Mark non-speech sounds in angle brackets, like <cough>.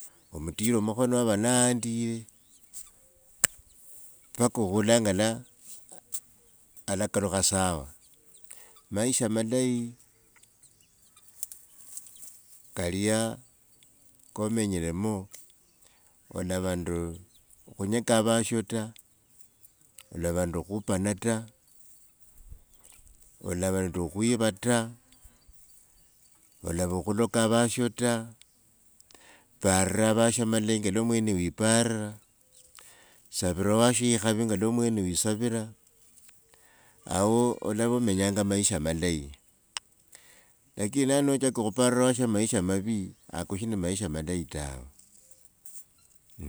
Omutira mukhono wava niyandile paka khula enga lwa- a- alakalukha sawa <noise> maisha malayi kalia komenyilemo olavande. Kkhunyeka avasho ta olavanende khupana ta, olavanende okhwiva ta, olava khuloka avasho ta paarira, avasho ama leyi shinga wesi wipaarira, savila owasho ikhavi shinga wesi wisavira, <noise> awo olava omenyanga amaisha malayi, lakini hata nochaka khupaarira owasho maisha mavi, ako shi na maisha malayi taa.